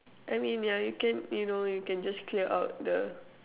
I mean yeah you can you know you can just clear out the